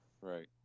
Right